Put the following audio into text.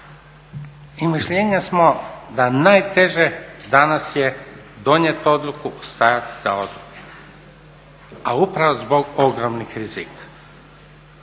I mišljenja smo da najteže danas je donijeti odluku i stajati iz odluke a upravo zbog ogromnih rizika.